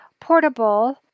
portable